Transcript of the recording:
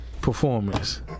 performance